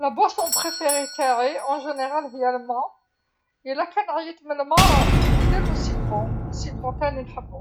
المشروب المفضل لدي عامة هيا الما، إلا كان عيت من الما ندير الليمون الليمون اللي نحبو.